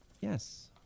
Yes